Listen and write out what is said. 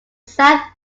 south